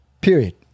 period